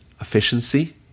efficiency